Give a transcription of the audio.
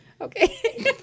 Okay